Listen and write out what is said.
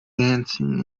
dancing